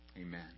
Amen